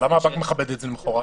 למה הבנק מכבד את זה למחרת?